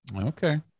Okay